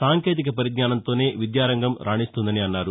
సాంకేతిక పరిజ్ఞానంతోనే విద్యారంగం రాణిస్తుందని అన్నారు